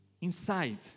inside